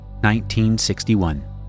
1961